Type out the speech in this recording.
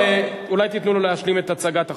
אולי תיתנו לו להשלים את הצגת החוק?